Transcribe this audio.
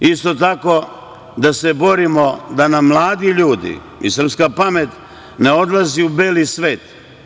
Isto tako da se borimo da nam mladi ljudi i srpska pamet ne odlazi u beli svet.